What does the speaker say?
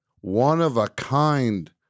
one-of-a-kind